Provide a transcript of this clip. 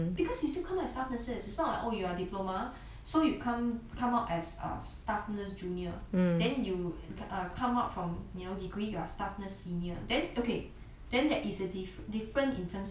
because you still come out as staff nurses it's not oh your diploma so you come come up as err staff nurse junior then you come out from you know degree you are staff nurse senior then okay then there is a dif~ different in terms of